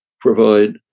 provide